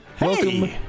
welcome